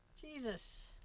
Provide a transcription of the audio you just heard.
Jesus